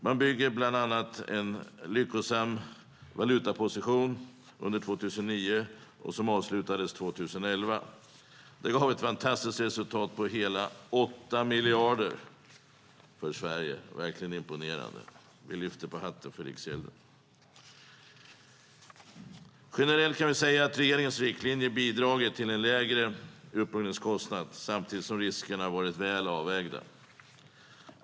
Man byggde bland annat en lyckosam valutaposition under 2009, och den avslutades 2011. Det gav ett fantastiskt resultat på hela 8 miljarder för Sverige. Det är verkligen imponerande. Vi lyfter på hatten för Riksgälden. Generellt kan vi säga att regeringens riktlinjer bidragit till en lägre upplåningskostnad samtidigt som riskerna varit väl avvägda.